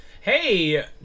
Hey